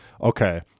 okay